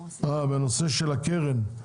בנושא הקרן,